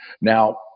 Now